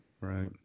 right